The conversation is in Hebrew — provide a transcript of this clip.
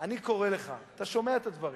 אני קורא לך, אתה שומע את הדברים,